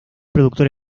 productor